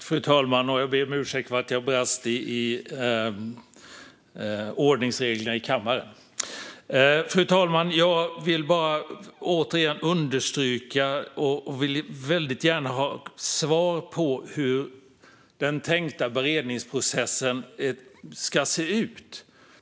Fru talman! Jag ber om ursäkt för att jag brast i att följa ordningsreglerna i kammaren. Jag vill understryka att jag väldigt gärna vill ha svar på hur den tänkta beredningsprocessen ska se ut.